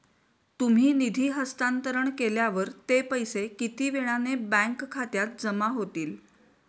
तुम्ही निधी हस्तांतरण केल्यावर ते पैसे किती वेळाने बँक खात्यात जमा होतील?